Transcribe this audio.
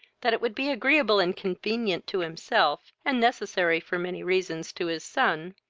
that it would be agreeable and convenient, to himself, and necessary for many reasons to his son,